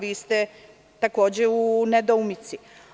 Vi ste takođe u nedoumici.